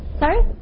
Sorry